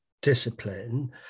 discipline